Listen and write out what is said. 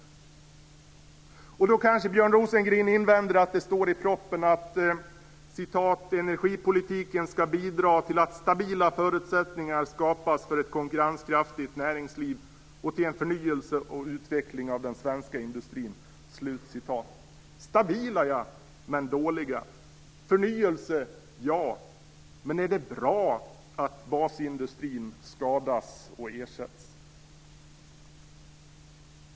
Björn Rosengren kanske invänder och säger att det står i propositionen att "energipolitiken skall bidra till att stabila förutsättningar skapas för ett konkurrenskraftigt näringsliv och till en förnyelse och utveckling av den svenska industrin". Stabila förutsättningar, men dåliga. Förnyelse - ja - men är det bra att basindustrin skadas och ersätts?